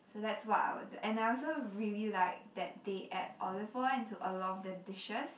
so that's what I would do and I also really like that they add olive oil into a lot of their dishes